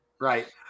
Right